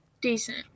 Decent